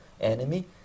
enemy